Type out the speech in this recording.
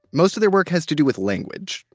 most of their work has to do with language,